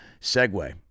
segue